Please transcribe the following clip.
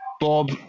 Bob